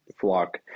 flock